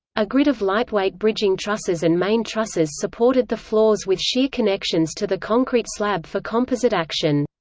a grid of lightweight bridging trusses and main trusses supported the floors with shear connections to the concrete slab for composite action.